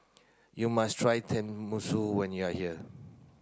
you must try Tenmusu when you are here